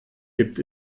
gibt